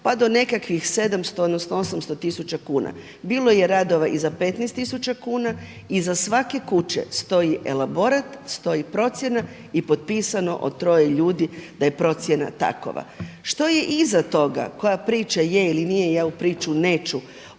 pa do nekakvih 700 odnosno 800 tisuća kuna. Bilo je radova i za 15 tisuća kuna i za svake kuće stoji elaborat, stoji procjena i potpisano od troje ljudi da je procjena takova. Što je iza toga, koja priča je ili nije, ja u priču neću